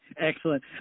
Excellent